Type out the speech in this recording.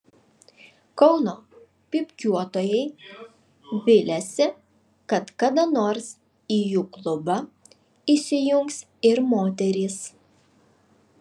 kauno pypkiuotojai viliasi kad kada nors į jų klubą įsijungs ir moterys